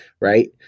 right